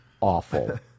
awful